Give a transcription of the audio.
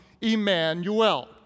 Emmanuel